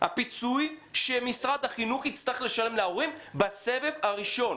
הפיצוי שמשרד החינוך יצטרך לשלם להורים בסבב הראשון,